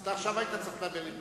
אתה היית צריך לדבר עכשיו,